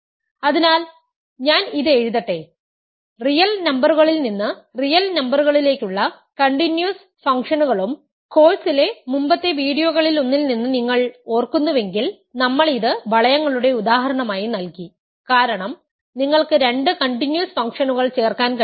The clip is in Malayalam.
അതിനാൽ ഞാൻ ഇത് എഴുതട്ടെ റിയൽ നമ്പറുകളിൽ നിന്ന് റിയൽ നമ്പറുകളിലേക്കുള്ള കണ്ടിന്യൂസ് ഫംഗ്ഷനുകളും കോഴ്സിലെ മുമ്പത്തെ വീഡിയോകളിലൊന്നിൽ നിന്ന് നിങ്ങൾ ഓർക്കുന്നുവെങ്കിൽ നമ്മൾ ഇത് വളയങ്ങളുടെ ഉദാഹരണമായി നൽകി കാരണം നിങ്ങൾക്ക് രണ്ട് കണ്ടിന്യൂസ് ഫംഗ്ഷനുകൾ ചേർക്കാൻ കഴിയും